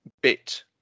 bit